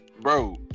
Bro